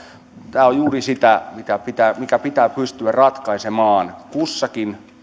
tämä on juuri sitä mikä pitää mikä pitää pystyä ratkaisemaan kussakin